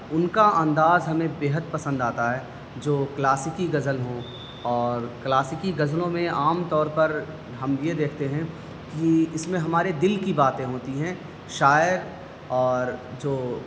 ان کا انداز ہمیں بے حد پسند آتا ہے جو کلاسکی غزل ہوں اور کلاسیکی غزلوں میں عام طور پر ہم یہ دیکھتے ہیں کہ اس میں ہمارے دل کی باتیں ہوتی ہیں شاعر اور جو